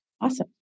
Awesome